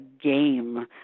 game